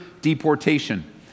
deportation